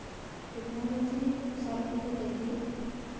technology ᱥᱟᱵ ᱤᱫᱤ ᱠᱟᱛᱮ ᱜᱮ